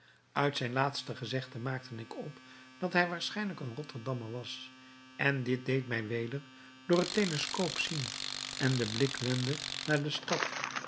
uit zijn laatste gezegde maakte ik op dat hij waarschijnlijk een rotterdammer was en dit deed mij weder door het teleskoop zien en den blik wenden naar de stad